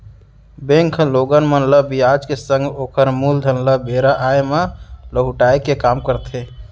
bank ह लोगन मन ल बियाज के संग ओकर मूलधन ल बेरा आय म लहुटाय के काम करथे